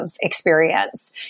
experience